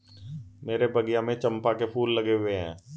मेरे बगिया में चंपा के फूल लगे हुए हैं